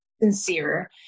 sincere